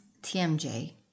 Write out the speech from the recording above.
TMJ